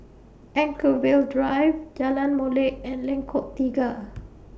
Anchorvale Drive Jalan Molek and Lengkok Tiga